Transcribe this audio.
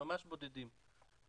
ממש בודדים.